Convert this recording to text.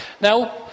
Now